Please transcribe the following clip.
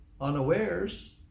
unawares